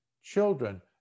children